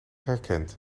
herkent